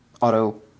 auto